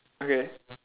okay